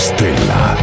Stella